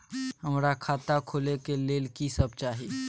हमरा खाता खोले के लेल की सब चाही?